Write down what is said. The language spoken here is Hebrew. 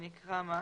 אני אקרא אותו: